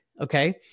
Okay